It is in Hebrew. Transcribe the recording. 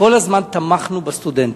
כל הזמן תמכנו בסטודנטים.